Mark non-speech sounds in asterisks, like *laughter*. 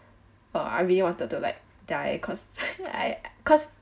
oh I really wanted to like die cause *laughs* I I cause